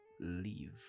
leave